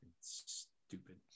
Stupid